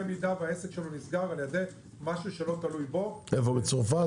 הנזק שלו נסגר על ידי משהו שלא תלוי בו בצרפת,